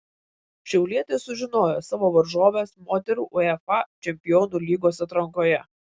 šiaulietės sužinojo savo varžoves moterų uefa čempionų lygos atrankoje